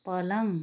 पलङ